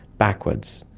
backwards,